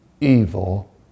evil